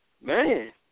man